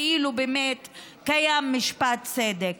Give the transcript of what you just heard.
כאילו באמת קיים משפט צדק.